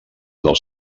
dels